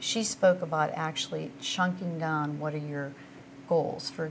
she spoke about actually chunking and what are your goals for